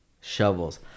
shovels